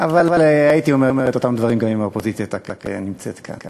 אבל הייתי אומר את אותם דברים גם אם האופוזיציה הייתה נמצאת כאן.